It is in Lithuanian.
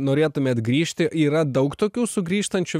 norėtumėt grįžti yra daug tokių sugrįžtančių